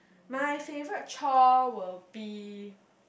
my favourite chore will be